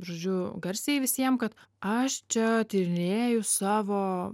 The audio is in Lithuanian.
žodžiu garsiai visiems kad aš čia tyrinėju savo